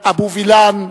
אבו וילן,